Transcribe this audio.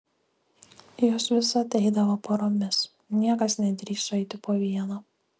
jos visad eidavo poromis niekas nedrįso eiti po vieną